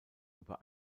über